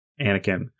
Anakin